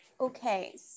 Okay